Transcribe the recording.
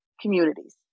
communities